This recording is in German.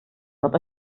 wird